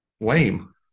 Lame